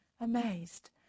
amazed